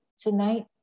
tonight